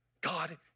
God